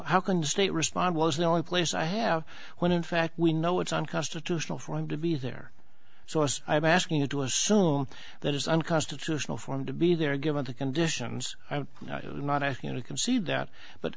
how can the state respond was the only place i have when in fact we know it's unconstitutional for him to be there so i am asking you to assume that it's unconstitutional for him to be there given the conditions and i think he can see that but